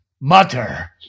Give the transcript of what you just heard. Mutter